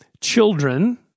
children